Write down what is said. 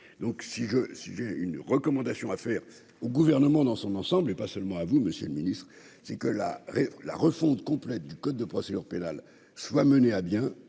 je si j'ai une recommandation à faire au gouvernement dans son ensemble et pas seulement à vous, Monsieur le Ministre, c'est que la la refonte complète du code de procédure pénale soit mené à bien